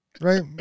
Right